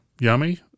Yummy